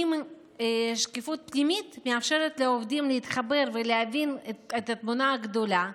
שקיפות פנימית מאפשרת לעובדים להתחבר ולהבין את התמונה הגדולה,